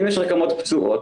אם יש רקמות פצועות,